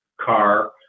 car